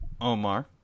Omar